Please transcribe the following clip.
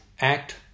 act